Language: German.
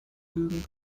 lügen